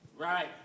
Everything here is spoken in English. Right